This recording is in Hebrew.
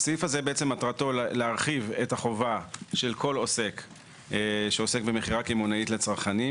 החובה השנייה היא לא להציע שקית שבאה במגע עם מזון ושיש לה ידיות.